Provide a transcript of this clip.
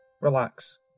relax